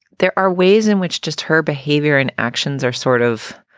there are ways in which just her behavior and actions are sort of.